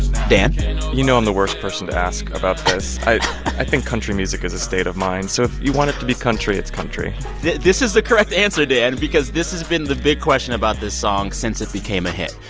dan you know i'm the worst person to ask about this i think country music is a state of mind. so if you want it to be country, it's country this is the correct answer, dan, because this has been the big question about this song since it became a hit.